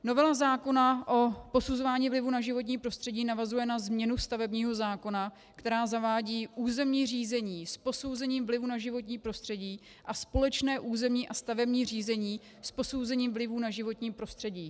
Novela zákona o posuzování vlivu na životní prostředí navazuje na změnu stavebního zákona, která zavádí územní řízení s posouzením vlivu na životní prostředí a společné územní a stavební řízení s posouzením vlivu na životní prostředí.